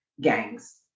gangs